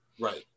Right